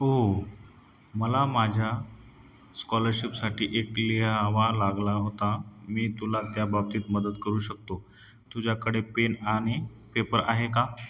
हो मला माझ्या स्कॉलरशिपसाठी एक लिहावा लागला होता मी तुला त्याबाबतीत मदत करू शकतो तुझ्याकडे पेन आणि पेपर आहे का